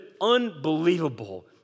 unbelievable